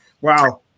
Wow